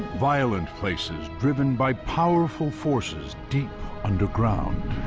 violent places driven by powerful forces deep underground